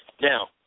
Now